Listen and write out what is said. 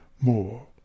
more